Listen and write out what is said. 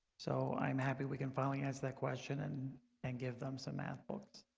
so i'm happy we can finally ask that question and and give them some math books